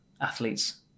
athletes